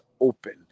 open